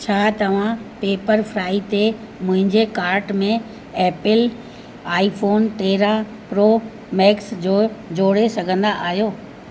छा तव्हां पेपरफ्राई ते मुंहिंजे कार्ट में एप्पिल आई फोन तेरहं प्रो मैक्स जो जोड़े सघंदा आहियो